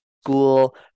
school